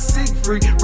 Siegfried